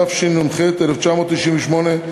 התשנ"ח 1998,